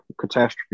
catastrophe